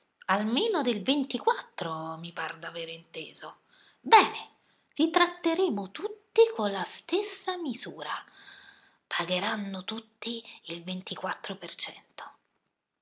almeno del ventiquattro mi par d'aver inteso bene li tratteremo tutti con la stessa misura pagheranno tutti il ventiquattro